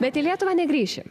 bet į lietuvą negrįši